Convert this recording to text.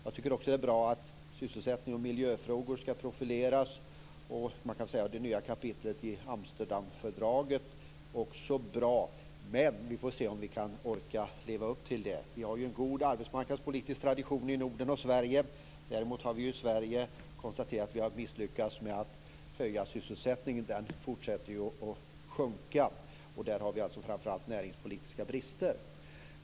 Jag tycker också att det är bra att sysselsättning och miljöfrågor skall profileras, och det nya kapitlet i Amsterdamfördraget är också bra. Men vi får se om vi orkar leva upp till det. Vi har en god arbetsmarknadspolitisk tradition i Norden och i Sverige. Däremot har vi i Sverige konstaterat att vi har misslyckats med att öka sysselsättningen. Den fortsätter att sjunka. Där har vi framför allt näringspolitiska brister.